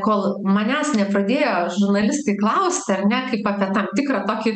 kol manęs nepradėjo žurnalistai klausti ar ne kaip apie tam tikrą tokį